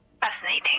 Fascinating